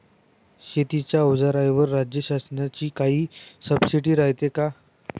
शेतीच्या अवजाराईवर राज्य शासनाची काई सबसीडी रायते का?